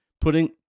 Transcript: Putting